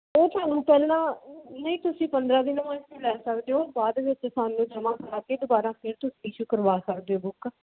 ਉਹ ਤੁਹਾਨੂੰ ਪਹਿਲਾਂ ਨਹੀਂ ਤੁਸੀਂ ਪੰਦਰਾਂ ਦਿਨ ਵਾਸਤੇ ਲੈ ਸਕਦੇ ਹੋ ਬਾਅਦ ਵਿੱਚ ਸਾਨੂੰ ਜਮਾਂ ਕਰਾ ਕੇ ਦੁਬਾਰਾ ਫਿਰ ਤੁਸੀਂ ਇਸ਼ੂ ਕਰਵਾ ਸਕਦੇ ਹੋ ਬੁੱਕ